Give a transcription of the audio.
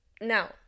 Now